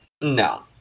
No